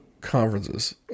conferences